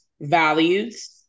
values